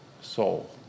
soul